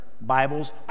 Bibles